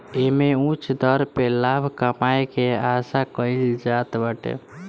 एमे उच्च दर पे लाभ कमाए के आशा कईल जात बाटे